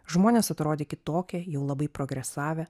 žmonės atrodė kitokie jau labai progresavę